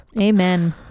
Amen